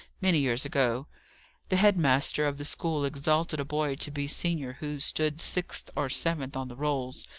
many years ago the head-master of the school exalted a boy to be senior who stood sixth or seventh on the rolls,